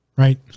right